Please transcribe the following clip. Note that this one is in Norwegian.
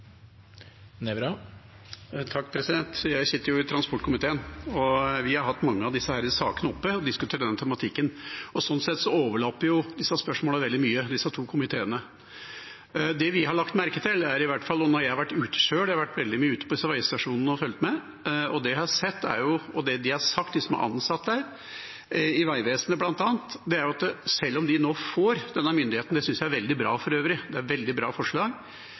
Jeg sitter i transportkomiteen, og vi har hatt mange av disse sakene oppe og diskutert denne tematikken, og disse spørsmålene overlapper veldig mye i disse to komiteene. Jeg har sjøl vært veldig mye ute på disse veistasjonene og fulgt med, og det jeg har sett, og det de har sagt, de som er ansatt der, bl.a. i Vegvesenet, er at sjøl om de nå får denne myndigheten – og det synes jeg for øvrig er et veldig bra forslag – mangler de ofte virkemidler. De får altså ikke tillatelse til å stoppe kjøretøy som bryter dette regelverket. Nå ligger det et forslag i regjeringa om å utrede og komme med forslag